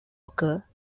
occur